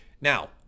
Now